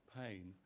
pain